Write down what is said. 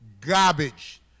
garbage